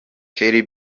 kelly